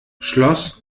schloss